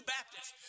Baptists